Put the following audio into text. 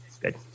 Good